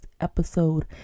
episode